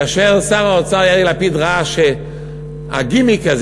כאשר שר האוצר יאיר לפיד ראה שהגימיק הזה